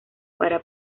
para